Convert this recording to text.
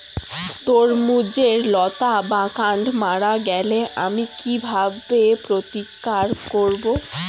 তরমুজের লতা বা কান্ড মারা গেলে আমি কীভাবে প্রতিকার করব?